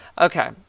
Okay